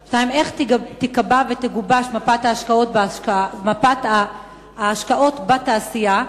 2. איך תיקבע ותגובש מפת ההשקעות בתעשייה,